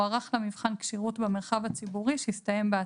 ערך לה מבחן כשירות במרחב הציבורי שהסתיים בהצלחה.